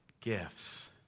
Gifts